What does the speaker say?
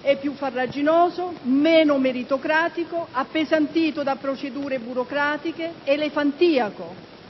È più farraginoso, meno meritocratico, appesantito da procedure burocratiche, elefantiaco: